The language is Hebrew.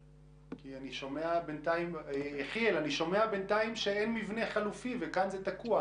אני שומע בינתיים שאין מבנה חלופי, וכאן זה תקוע.